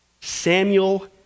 Samuel